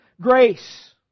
Grace